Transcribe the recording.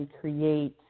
create